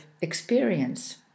experience